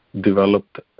developed